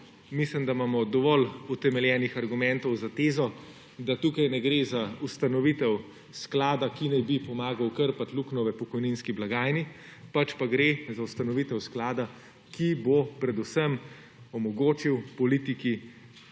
mislim, da imamo dovolj utemeljenih argumentov za tezo, da tu ne gre za ustanovitev sklada, ki naj bi pomagal krpati luknjo v pokojninski blagajni, pač pa gre za ustanovitev sklada, ki bo predvsem omogočil politiki